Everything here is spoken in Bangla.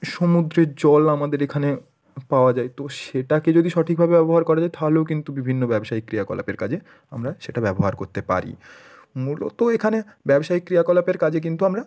সমুদ্রের জল আমাদের এখানে পাওয়া যায় তো সেটাকে যদি সঠিকভাবে ব্যবহার করা যায় থাহলেও কিন্তু বিভিন্ন ব্যবসায়িক ক্রিয়াকলাপের কাজে আমরা সেটা ব্যবহার করতে পারি মূলত এখানে ব্যবসায়িক ক্রিয়াকলাপের কাজে কিন্তু আমরা